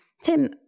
Tim